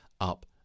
up